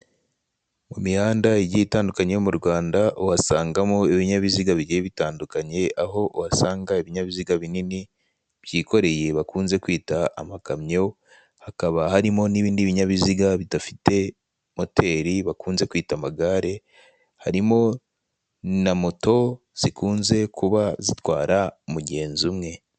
Muri kaburimbo harimo umumotari uhetse umugenzi kuri moto. Hirya yayo hari imodoka ya rukururana iherutse imizigo itwikirije ihema ry'ubururu. Hirya na none, usa n'ujya imbere, hari umuntu utwaye igare.